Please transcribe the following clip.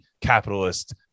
capitalist